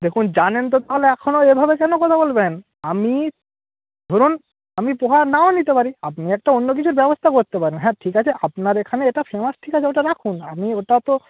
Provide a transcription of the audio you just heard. দেখুন জানেন তো তাহলে এখনো এভাবে কেন কথা বলবেন আমি ধরুন আমি পোহা নাও নিতে পারি আপনি একটা অন্য কিছুর ব্যবস্থা করতে পারেন হ্যাঁ ঠিক আছে আপনার এখানে এটা ফেমাস ওটা রাখুন আমি ওটা তো